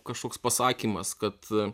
kažkoks pasakymas kad